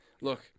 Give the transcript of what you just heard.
look